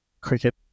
cricket